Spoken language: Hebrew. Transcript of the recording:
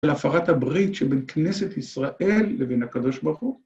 להפרת הברית שבין כנסת ישראל לבין הקדוש ברוך הוא.